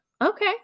Okay